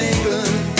England